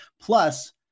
Plus